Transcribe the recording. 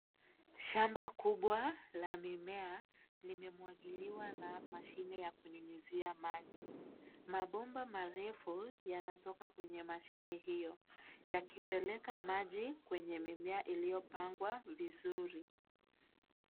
Shamba kubwa la mimea limemwagiliwa na mashine ya kunyunyizia maji. Mabomba marefu yanatoka kwenye mashine hio, yakipeleka maji kwenye mimea iliyopangwa vizuri.